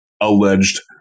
alleged